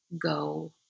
go